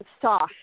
soft